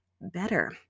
better